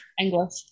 English